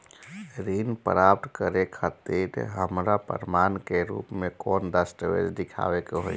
ऋण प्राप्त करे खातिर हमरा प्रमाण के रूप में कौन दस्तावेज़ दिखावे के होई?